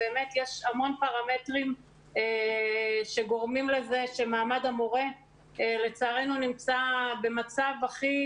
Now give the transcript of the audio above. באמת יש המון פרמטרים שגורמים לזה שמעמד המורה לצערנו נמצא במצב הכי